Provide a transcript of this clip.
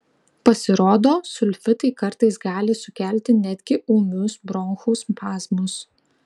pasirodo sulfitai kartais gali sukelti netgi ūmius bronchų spazmus